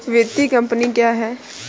वित्तीय कम्पनी क्या है?